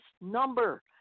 number